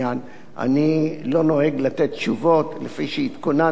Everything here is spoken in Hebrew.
אני לא נוהג לתת תשובות לפני שהתכוננתי ולמדתי